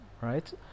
right